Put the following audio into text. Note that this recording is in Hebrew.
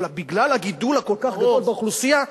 אבל בגלל הגידול הכל-כך גדול באוכלוסייה,